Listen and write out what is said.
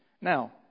Now